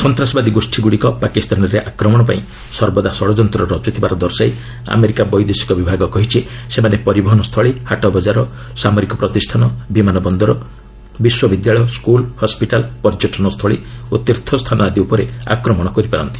ସନ୍ତାସବାଦୀ ଗୋଷ୍ଠୀଗୁଡ଼ିକ ପାକିସ୍ତାନରେ ଆକ୍ରମଣ ପାଇଁ ସର୍ବଦା ଷଡ଼ଯନ୍ତ୍ର ରଚ୍ଚଥିବାର ଦର୍ଶାଇ ଆମେରିକା ବୈଦେଶିକ ବିଭାଗ କହିଛି ସେମାନେ ପରିବହନ ସ୍ଥଳୀ ହାଟ ବଜାର ସାମରିକ ପ୍ତିଷାନ ବିମାନ ବନ୍ଦର ବିଶ୍ୱବିଦ୍ୟାଳୟ ସ୍କୁଲ୍ ହସ୍କିଟାଲ୍ ପର୍ଯ୍ୟଟନସ୍ଥଳୀ ଓ ତୀର୍ଥସ୍ଥାନ ଆଦି ଉପରେ ଆକ୍ରମଣ କରିପାରନ୍ତି